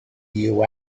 you